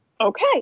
Okay